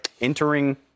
entering